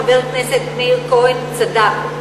חבר הכנסת מאיר כהן צדק.